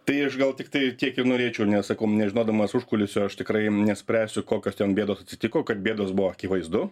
tai aš gal tiktai tiek ir norėčiau nes sakau nežinodamas užkulisių aš tikrai nespręsiu kokios ten bėdos atsitiko kad bėdos buvo akivaizdu